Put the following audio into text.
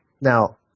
now